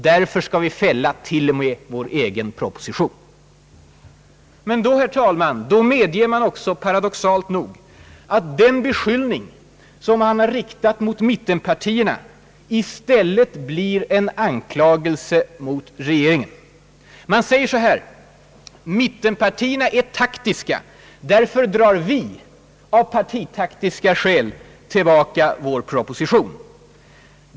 Därför skall vi fälla t.o.m. vår egen proposition. Men då medger man också, paradoxalt nog, att den beskyllning som man har riktat mot mittenpartierna i stället blir en anklagelse mot regeringen. Man säger så här: mittenpartierna är taktiska, därför drar vi av partitaktiska skäl tillbaka vår proposition.